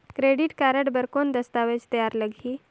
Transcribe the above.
Credit card बर कौन दस्तावेज तैयार लगही?